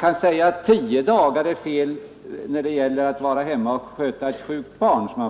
kan sägas att tio dagar är för litet när det gäller att vara hemma och sköta ett sjukt barn.